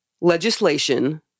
legislation